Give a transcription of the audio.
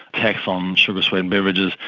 tax on sugar-sweetened beverages.